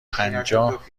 پنجاه